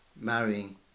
marrying